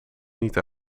niet